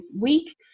week